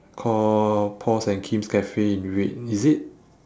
call paul's and kim's cafe in red is it